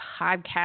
podcast